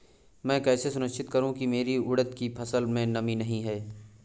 मैं कैसे सुनिश्चित करूँ की मेरी उड़द की फसल में नमी नहीं है?